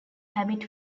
habit